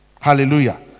hallelujah